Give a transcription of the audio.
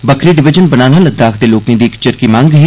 बक्खरी डिवीजन बनाना लद्दाख दे लोकें दी इक चिरकी मंग ही